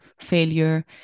failure